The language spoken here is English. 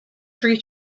three